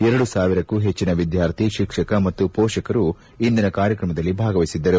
ಎರಡು ಸಾವಿರಕ್ಕೂ ಹೆಚ್ಚಿನ ವಿದ್ಯಾರ್ಥಿ ಶಿಕ್ಷಕ ಮತ್ತು ಪೋಷಕರ ಇಂದಿನ ಕಾರ್ಕ್ರಮದಲ್ಲಿ ಭಾಗವಹಿಸಿದ್ದರು